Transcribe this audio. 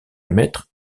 émettre